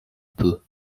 peu